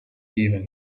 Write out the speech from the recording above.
even